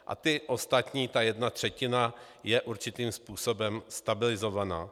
A ty ostatní, jedna třetina, je určitým způsobem stabilizovaná.